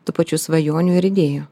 tų pačių svajonių ir idėjų